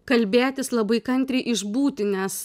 kalbėtis labai kantriai išbūti nes